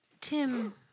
Tim